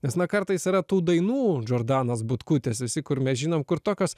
nes na kartais yra tų dainų džordanos butkutės visi kur mes žinom kur tokios